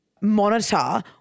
monitor